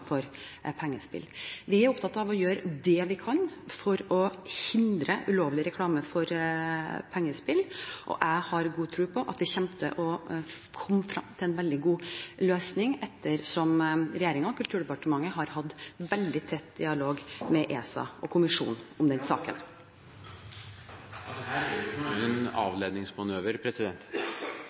for pengespill. Vi er opptatt av å gjøre det vi kan for å hindre ulovlig reklame for pengespill, og jeg har god tro på at vi vil komme frem til en veldig god løsning, ettersom regjeringen og Kulturdepartementet har hatt veldig tett dialog med ESA og kommisjonen om den saken. Dette er ikke noe annet enn en avledningsmanøver.